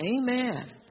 Amen